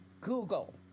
Google